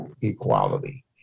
equality